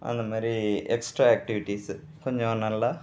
அந்த மாதிரி extra activities கொஞ்சம் நல்லா